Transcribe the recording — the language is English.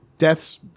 Deaths